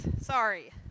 Sorry